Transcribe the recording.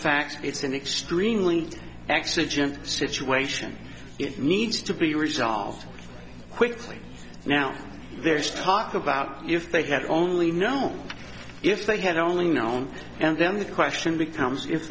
facts it's an extremely exigent situation it needs to be resolved quickly now there's talk about if they had only known if they had only known and then the question becomes if